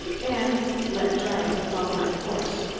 and let drive with all my force,